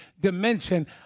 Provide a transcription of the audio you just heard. dimension